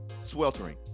Sweltering